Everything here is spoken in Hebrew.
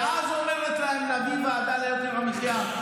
ואז אומרת להם: נביא ועדה ליוקר המחיה,